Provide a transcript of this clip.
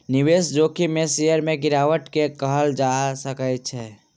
निवेश जोखिम में शेयर में गिरावट के कहल जा सकै छै